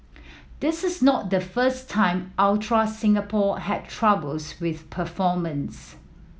this is not the first time Ultra Singapore had troubles with performance